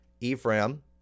Ephraim